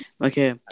Okay